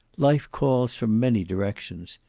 life calls from many directions.